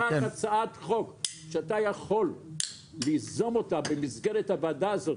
הצעת חוק שאתה יכול ליזום אותה במסגרת הוועדה הזאת,